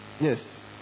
Yes